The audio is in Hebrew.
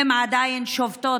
הן עדיין שובתות,